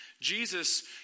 Jesus